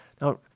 Now